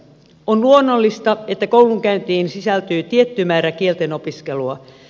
on luonnollista että koulunkäyntiin sisältyy tietty määrä kieltenopiskelua